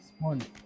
morning